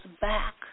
back